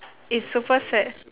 it's super sad